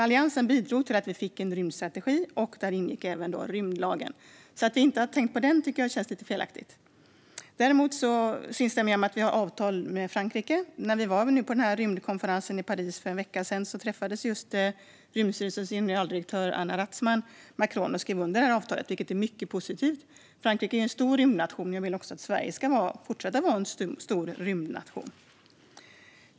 Alliansen bidrog till att vi fick en rymdstrategi, och där ingick även rymdlagen. Att vi inte skulle ha tänkt på den tycker jag känns lite felaktigt. Däremot stämmer det att vi har ett avtal med Frankrike. När vi var på rymdkonferensen i Paris för en vecka sedan träffade Rymdstyrelsens generaldirektör, Anna Rathsman, Macron och skrev under avtalet, vilket är mycket positivt. Frankrike är en stor rymdnation. Jag vill också att Sverige ska fortsätta vara en stor rymdnation.